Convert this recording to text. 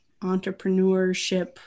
entrepreneurship